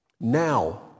now